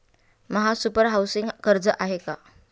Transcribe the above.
महासुपर हाउसिंग कर्ज आहे का?